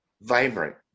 vibrant